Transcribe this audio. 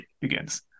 begins